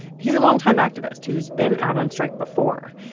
he's a longtime activist who's been out on strike before.